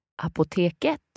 Apoteket